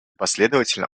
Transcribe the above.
последовательно